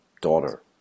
daughter